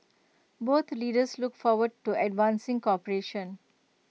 both leaders look forward to advancing cooperation